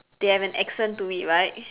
they have an accent to it right